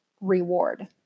reward